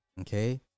Okay